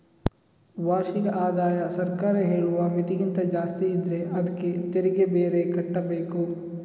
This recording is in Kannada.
ವಾರ್ಷಿಕ ಆದಾಯ ಸರ್ಕಾರ ಹೇಳುವ ಮಿತಿಗಿಂತ ಜಾಸ್ತಿ ಇದ್ರೆ ಅದ್ಕೆ ತೆರಿಗೆ ಬೇರೆ ಕಟ್ಬೇಕು